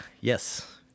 Yes